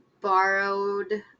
borrowed